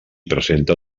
presenta